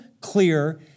clear